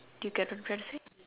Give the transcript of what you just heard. do you get what I'm trying to say